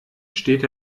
steht